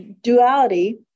duality